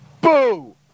Boo